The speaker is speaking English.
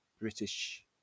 British